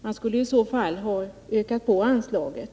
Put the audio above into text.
Man skulle i så fall ha ökat anslaget.